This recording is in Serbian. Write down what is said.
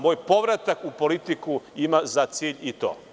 Moj povratak u politiku ima za cilj i to.